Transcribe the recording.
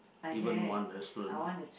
even one restaurant ah